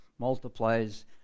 multiplies